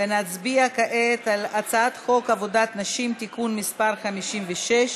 ונצביע כעת על הצעת חוק עבודת נשים (תיקון מס' 56),